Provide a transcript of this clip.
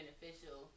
beneficial